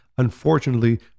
Unfortunately